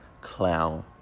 clown